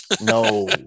No